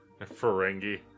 Ferengi